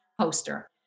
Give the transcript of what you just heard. poster